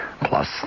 plus